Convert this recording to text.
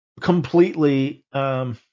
completely –